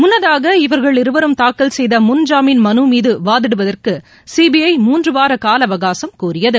முன்னதாக இவர்கள் இருவரும் தாக்கல் செய்த முன்ஜாமீன் மனு மீது வாதிடுவதற்கு சீபிஐ மூன்றுவார காலஅவகாசம் கோரியது